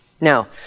Now